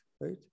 right